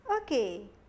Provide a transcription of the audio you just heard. Okay